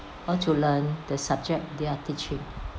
or to learn the subject they're teaching